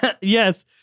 Yes